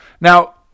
Now